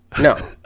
no